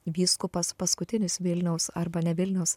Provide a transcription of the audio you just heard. vyskupas paskutinis vilniaus arba ne vilniaus